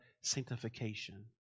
sanctification